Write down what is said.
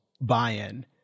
buy-in